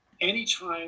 anytime